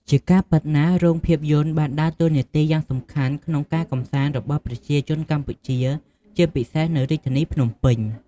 ជាការពិតណាស់ រោងភាពយន្តបានដើរតួនាទីយ៉ាងសំខាន់ក្នុងការកម្សាន្តរបស់ប្រជាជនកម្ពុជា ជាពិសេសនៅរាជធានីភ្នំពេញ។